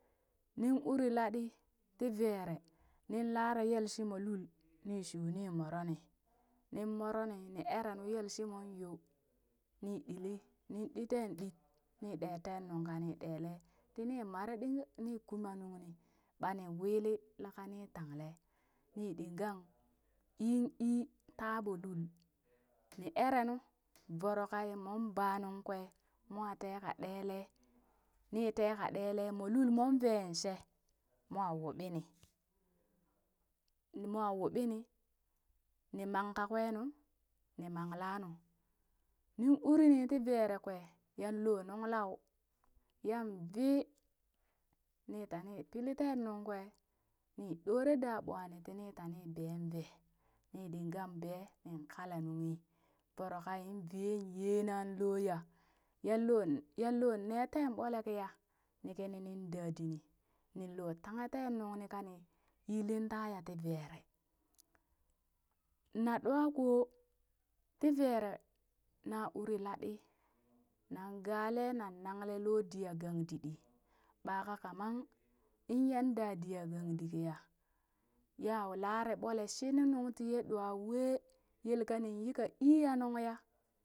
Nin uri laɗi tii veree nin laree yel shi moo lul nii shuu nii moroo nii nin moro ni, ni eree nuu yele shimo yoo nii ɗilli nin ɗi teen ɗii ni ɗee tee nuŋ kangka ni ɗelee, tii mare ɗihi nii kuma nuŋ nii, ɓani wili laka nii tangle, nin ɗingang iin ii taa ɓo lul ni ere nu voro in mong baa nun kwee moon ka tee ka ɗelee nin tee ka ɗelee moo lul mon vee shee mwa wuɓi nii mwa wubini, nii mang ka kwee nuu, nii mang lanuu nin uri nii tii veree kwee yang loo nuŋ lau, yan vee nii tani pili teen nuŋ kwee nii ɗoree daa bwa ni tina tani been vee, nin ɗinga bee nin kala nunghi voro ka in vee yeena looya yan loo yan loo nee tee boole kiya nii kini nin dadinii nin loo tanghe tee nuŋ nii kani ilin taya tii veree. Na ɗwa koo tii veree na uri laɗi nan gale nan nanlee loo diya gang diɗi ɓaaka kamar inyan dadiya gang di kiya yaa lare ɓolee shinii nuŋ tiye ɗwa wee, yel ka nin yii kaa ii ya nuŋ yaa.